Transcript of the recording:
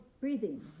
breathing